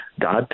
God